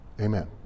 Amen